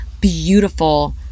beautiful